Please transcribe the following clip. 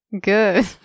Good